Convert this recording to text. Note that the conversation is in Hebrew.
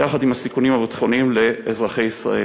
יחד עם הסיכונים הביטחוניים לאזרחי ישראל.